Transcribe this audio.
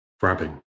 grabbing